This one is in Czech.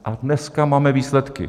A dneska máme výsledky.